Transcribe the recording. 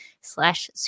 slash